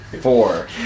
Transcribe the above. Four